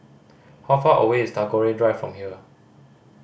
how far away is Tagore Drive from here